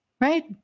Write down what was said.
Right